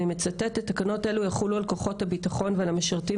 אני מצטטת מתוכן: "..תקנות אלו יחולו על כוחות הביטחון ועל המשרתים